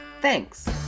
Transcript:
thanks